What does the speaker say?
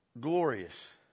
glorious